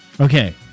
Okay